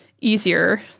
easier